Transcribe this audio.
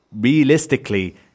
realistically